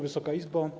Wysoka Izbo!